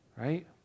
Right